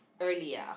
earlier